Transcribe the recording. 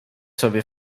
sobie